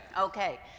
Okay